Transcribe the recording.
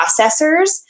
processors